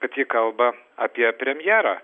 kad ji kalba apie premjerą